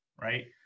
right